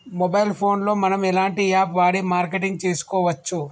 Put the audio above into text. Mobile phone లో మనం ఎలాంటి యాప్ వాడి మార్కెటింగ్ తెలుసుకోవచ్చు?